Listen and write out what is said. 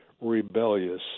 rebellious